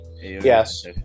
Yes